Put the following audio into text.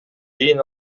кийин